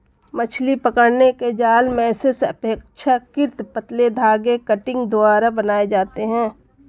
मछली पकड़ने के जाल मेशेस अपेक्षाकृत पतले धागे कंटिंग द्वारा बनाये जाते है